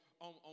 on